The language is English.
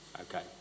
Okay